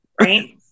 right